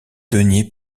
deniers